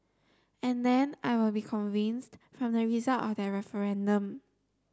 and then I will be convinced from the result of that referendum